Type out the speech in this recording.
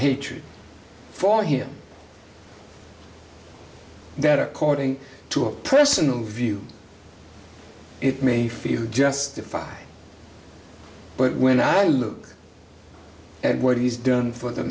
hatred for him that are courting to a personal view it may feel justified but when i look at what he's done for the